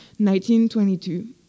1922